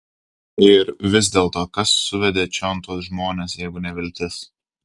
ir vis dėlto kas suvedė čion tuos žmones jeigu ne viltis